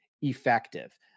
effective